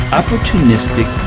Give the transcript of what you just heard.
opportunistic